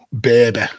baby